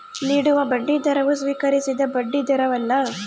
ನೀಡುವ ಬಡ್ಡಿದರವು ಸ್ವೀಕರಿಸಿದ ಬಡ್ಡಿದರವಲ್ಲ